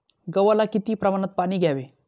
गव्हाला किती प्रमाणात पाणी द्यावे?